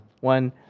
One